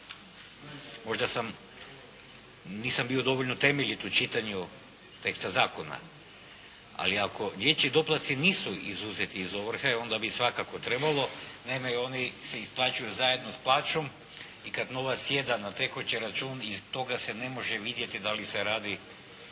Možda sam, nisam bio dovoljno temeljit u čitanju teksta zakona, ali ako dječju doplaci nisu izuzeti iz ovrhe, onda bi svakako trebalo. Naime, oni se isplaćuju zajedno s plaćom i kad novac sjeda na tekući račun iz toga se ne može vidjeti da li se radi o